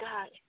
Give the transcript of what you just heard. God